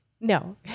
No